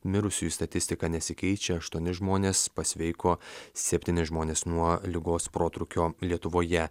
mirusiųjų statistika nesikeičia aštuoni žmonės pasveiko septyni žmonės nuo ligos protrūkio lietuvoje